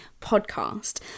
podcast